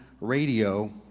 Radio